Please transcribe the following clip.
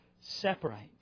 separate